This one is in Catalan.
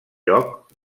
joc